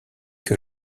que